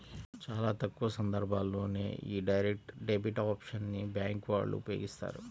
చాలా తక్కువ సందర్భాల్లోనే యీ డైరెక్ట్ డెబిట్ ఆప్షన్ ని బ్యేంకు వాళ్ళు ఉపయోగిత్తారు